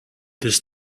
this